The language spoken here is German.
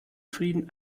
frieden